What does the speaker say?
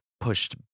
pushed